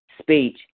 speech